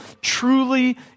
truly